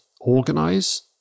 organize